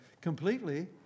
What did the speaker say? completely